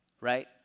Right